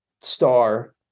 star